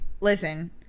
Listen